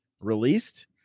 released